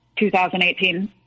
2018